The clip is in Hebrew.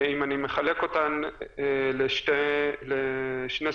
אם אני מחלק אותן לשני סוגים,